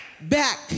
Back